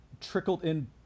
trickled-in